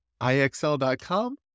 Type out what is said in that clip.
IXL.com